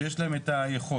שיש להם את היכולת,